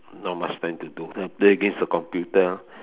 not much time to do play against the computer